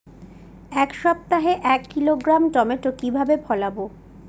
এক সপ্তাহে এক কিলোগ্রাম টমেটো কিভাবে ফলাবো?